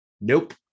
nope